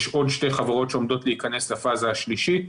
יש עוד שתי חברות שעומדות להיכנס לפאזה השלישית.